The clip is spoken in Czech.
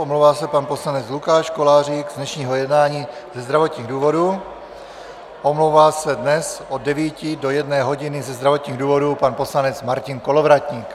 Omlouvá se pan poslanec Lukáš Kolářík z dnešního jednání ze zdravotních důvodů, omlouvá se dnes od deváté do jedné hodiny ze zdravotních důvodů pan poslanec Martin Kolovratník.